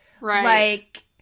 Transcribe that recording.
Right